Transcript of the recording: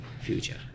future